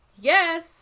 Yes